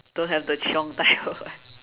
don't have the chiong type